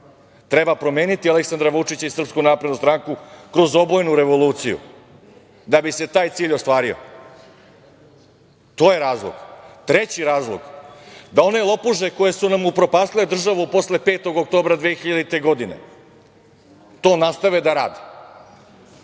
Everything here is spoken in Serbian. Treba promeniti Aleksandra Vučića i SNS kroz obojenu revoluciju, da bi se taj cilj ostvario. To je razlog. Treći razlog je da one lopuže koje su nam upropastile državu posle 5. oktobra 2000. godine to nastave da rade.